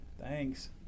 Thanks